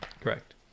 Correct